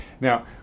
Now